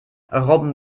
robin